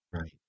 Right